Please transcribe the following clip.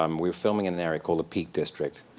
um we were filming in an area called the peak district,